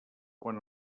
quan